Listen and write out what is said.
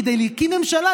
כדי להקים ממשלה,